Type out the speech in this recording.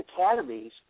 academies